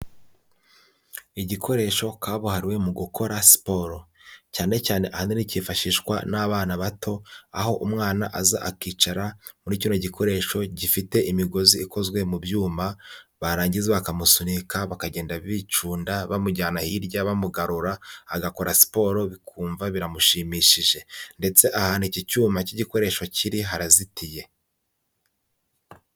Igikoresho kabuhariwe mu gukora siporo. Cyane cyane ahanini kifashishwa n'abana bato, aho umwana aza akicara muri kino gikoresho gifite imigozi ikozwe mu byuma, barangiza bakamusunika bakagenda bicunda, bamujyana hirya bamugarura, agakora siporo bikumva biramushimishije ndetse ahantu iki cyuma cy'igikoresho kiri harazitiye.